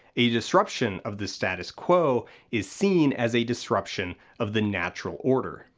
a disruption of the status quo is seen as a disruption of the natural order.